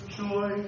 joy